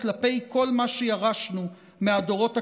כלפי כל מה שירשנו מהדורות הקודמים,